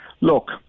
look